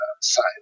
side